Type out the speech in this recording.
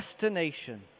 destination